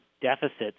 deficits